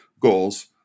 goals